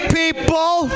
people